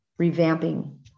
revamping